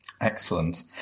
Excellent